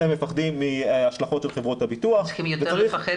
הם מפחדים מהשלכות של חברות הביטוח --- הם צריכים יותר לפחד